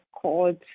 Called